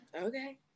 okay